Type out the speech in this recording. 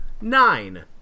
Nine